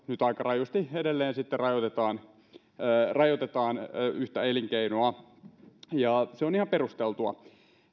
nyt aika rajusti sitten edelleen rajoitetaan rajoitetaan yhtä elinkeinoa ja se on ihan perusteltua